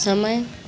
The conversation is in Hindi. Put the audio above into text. समय